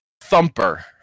Thumper